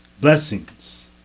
blessings